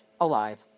alive